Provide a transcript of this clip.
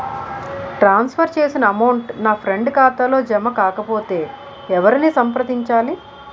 ట్రాన్స్ for చేసిన amount నా friend ఖాతాలో జమ కాకపొతే ఎవరిని సంప్రదించాలి?